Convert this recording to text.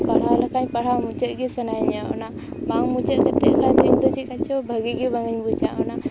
ᱯᱟᱲᱦᱟᱣ ᱞᱮᱠᱷᱟᱡ ᱯᱟᱲᱦᱟᱣ ᱢᱩᱪᱟᱹᱫ ᱜᱮ ᱥᱟᱱᱟᱭᱮᱧᱟᱹ ᱚᱱᱟ ᱵᱟᱝ ᱢᱩᱪᱟᱹᱫ ᱠᱟᱛᱮ ᱪᱮᱫᱠᱟ ᱪᱚ ᱵᱷᱟᱜᱮ ᱜᱮ ᱵᱟᱝ ᱜᱮᱧ ᱵᱩᱡᱟ ᱚᱱᱟ